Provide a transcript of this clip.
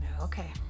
okay